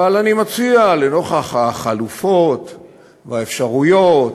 אבל אני מציע, לנוכח החלופות והאפשרויות,